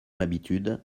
habitude